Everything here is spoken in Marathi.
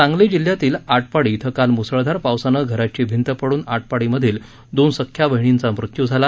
सांगली जिल्ह्यातील आटपाडी इथं काल मुसळधार पावसानं घराची भिंत पडून आटपाडी मधील दोन सख्या बहिणींचा मृत्यू झाला